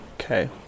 Okay